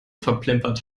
verplempert